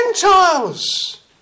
Gentiles